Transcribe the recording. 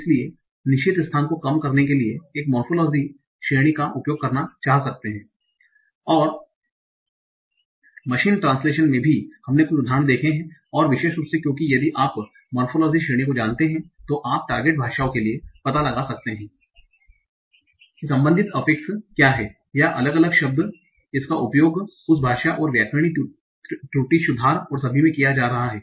इसलिए निश्चित स्थान को कम करने के लिए एक मोर्फोलोजिकल morphological रूपात्मक श्रेणी का उपयोग करना चाहते हैं और मशीन ट्रांसलेशन में भी हमने कुछ उदाहरण देखे है और विशेष रूप से क्योंकि यदि आप मोर्फोलोजिकल morphological रूपात्मक श्रेणी को जानते हैं तो आप टार्गेट भाषाओं के लिए पता लगा सकते हैं कि संबंधित अफफिक्स affix प्रत्यय क्या है या अलग अलग शब्द इसका उपयोग उस भाषा और व्याकरणिक त्रुटि सुधार और सभी में किया जा रहा है